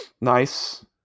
Nice